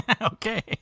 Okay